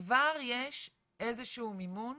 כבר יש איזה שהוא מימון